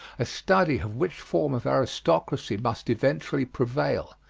a study of which form of aristocracy must eventually prevail,